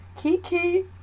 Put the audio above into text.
Kiki